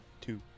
Two